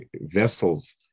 vessels